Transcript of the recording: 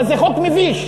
אבל זה חוק מביש.